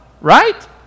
right